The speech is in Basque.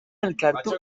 elkartu